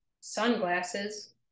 sunglasses